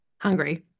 Hungry